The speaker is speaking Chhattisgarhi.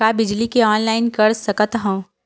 का बिजली के ऑनलाइन कर सकत हव?